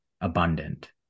abundant